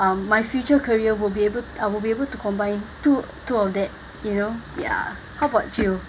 um my future career will be able I will be able to combine two two of that you know ya how about you